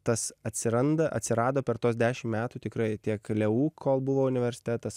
tas atsiranda atsirado per tuos dešim metų tikrai tiek leu kol buvo universitetas